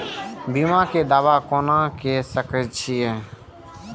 बीमा के दावा कोना के सके छिऐ?